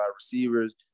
receivers